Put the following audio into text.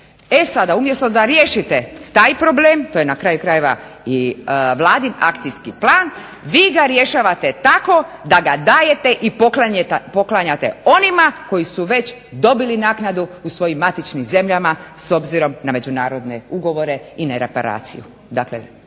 E sada umjesto da riješite taj problem to je na kraju krajeva Vladin akcijski plan, vi ga rješavate tako da ga dajete i poklanjate onima koji su već dobili naknadu u svojim matičnim zemljama s obzirom na međunarodne ugovore i nereparaciju